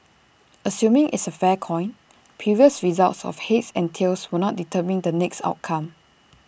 assuming it's A fair coin previous results of heads and tails will not determine the next outcome